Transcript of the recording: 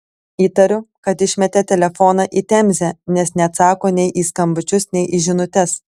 įtariu kad išmetė telefoną į temzę nes neatsako nei į skambučius nei į žinutes